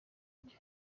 bye